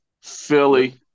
Philly